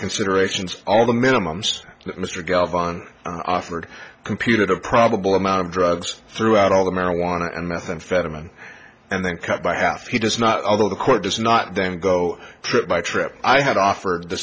consideration all the minimum that mr galvanic offered computed a probable amount of drugs throughout all the marijuana and methamphetamine and then cut by half he does not although the court does not then go trip by trip i had offered the